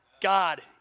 God